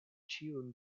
ĉiun